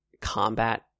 Combat